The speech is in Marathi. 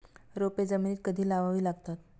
रोपे जमिनीत कधी लावावी लागतात?